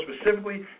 specifically